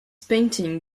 painting